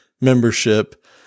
membership